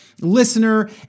listener